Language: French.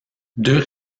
deux